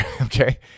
Okay